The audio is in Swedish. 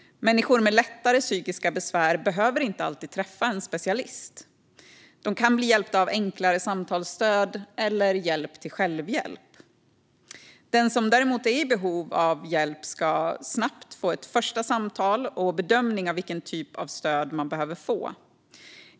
Människor med lättare psykiska besvär behöver inte alltid träffa en specialist. De kan bli hjälpta av enklare samtalsstöd eller hjälp till självhjälp. Den som däremot är i behov av hjälp ska snabbt få ett första samtal och bedömning av vilken typ av stöd man behöver få.